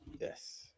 yes